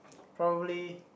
probably